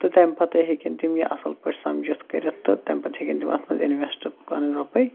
تہٕ تَمہِ پَتے ہیٚکٮ۪ن تِم یہِ اَصٕل پٲٹھۍ سَمجِتھ کٔرِتھ تہٕ تَمہِ پتہٕ ہیٚکٮ۪ن تِم اَتھ منٛز اِنویٚسٹہٕ پَنٕنۍ رۄپے